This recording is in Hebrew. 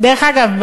דרך אגב,